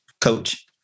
coach